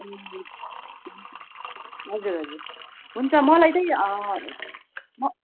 ए ए हजुर हजुर हुन्छ मलाई चाहिँ म